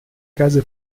case